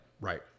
Right